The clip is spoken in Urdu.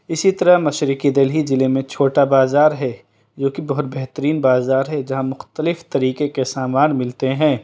اسی طرح مشرقی دہلی ضلع میں چھوٹا بازار ہے جو کہ بہت بہترین بازار ہے جہاں مختلف طریقے کے سامان ملتے ہیں